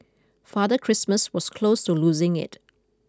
Father Christmas was close to losing it